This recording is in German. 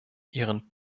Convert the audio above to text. ihren